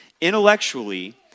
Intellectually